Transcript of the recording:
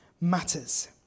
matters